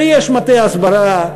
ויש מטה הסברה,